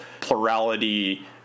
plurality